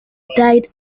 died